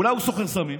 אולי הוא סוחר סמים?